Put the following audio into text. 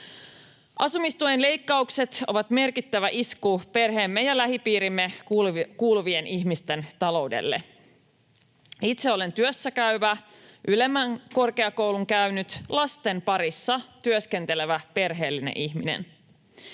”Asumistuen leikkaukset ovat merkittävä isku perheemme ja lähipiiriimme kuuluvien ihmisten taloudelle. Itse olen työssäkäyvä, ylemmän korkeakoulun käynyt lasten parissa työskentelevä perheellinen ihminen.